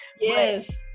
Yes